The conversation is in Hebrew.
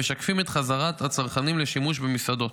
והם משקפים את חזרת הצרכנים לשימוש במסעדות.